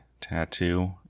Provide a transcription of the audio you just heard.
tattoo